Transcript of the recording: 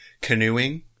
canoeing